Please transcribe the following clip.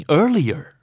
earlier